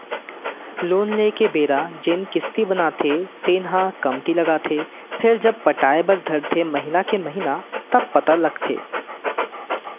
loan लेए के बेरा जेन किस्ती बनथे तेन ह कमती लागथे फेरजब पटाय बर धरथे महिना के महिना तब पता लगथे